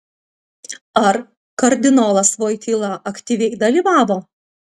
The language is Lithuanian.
ar kardinolas voityla aktyviai dalyvavo